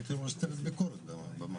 הייתי ראש צוות ביקורת במערכת.